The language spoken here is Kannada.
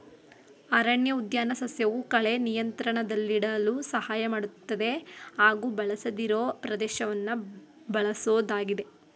ಅರಣ್ಯಉದ್ಯಾನ ಸಸ್ಯವು ಕಳೆ ನಿಯಂತ್ರಣದಲ್ಲಿಡಲು ಸಹಾಯ ಮಾಡ್ತದೆ ಹಾಗೂ ಬಳಸದಿರೋ ಪ್ರದೇಶವನ್ನ ಬಳಸೋದಾಗಿದೆ